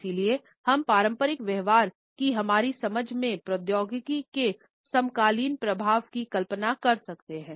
इसलिए हम पारस्परिक व्यवहार की हमारी समझ में प्रौद्योगिकी के समकालीन प्रभाव की कल्पना कर सकते हैं